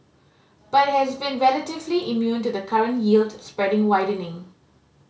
but it has been relatively immune to the current yield spread widening